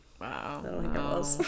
wow